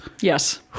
Yes